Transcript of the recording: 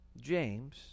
james